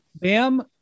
bam